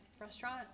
restaurant